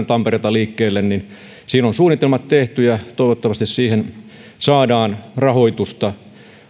tampereelta liikkeelle siinä on suunnitelmat tehty ja toivottavasti siihen saadaan rahoitusta